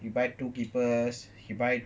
you buy two people he buy